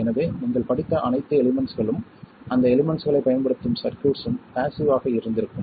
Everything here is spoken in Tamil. எனவே நீங்கள் படித்த அனைத்து எலிமெண்ட்ஸ்களும் அந்த எலிமெண்ட்ஸ்களைப் பயன்படுத்தும் சர்க்யூட்ஸ்ம் பாஸிவ் ஆக இருந்திருக்கும்